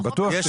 אני בטוח שיש.